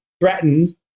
threatened